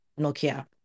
Nokia